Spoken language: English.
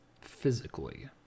physically